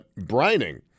brining